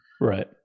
Right